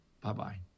Bye-bye